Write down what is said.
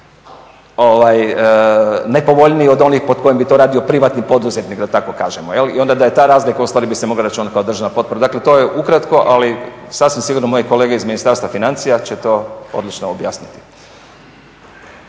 nepovoljniji od onih pod kojim bi to radio privatni poduzetnik da tako kažemo jel'. I onda da je ta razlika ustvari bi se moglo reći kao državna potpora. Dakle, to je ukratko, ali sasvim sigurno moji kolege iz Ministarstva financija će to odlično objasniti.